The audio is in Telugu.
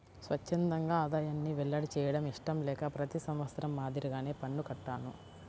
స్వఛ్చందంగా ఆదాయాన్ని వెల్లడి చేయడం ఇష్టం లేక ప్రతి సంవత్సరం మాదిరిగానే పన్ను కట్టాను